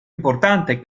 importante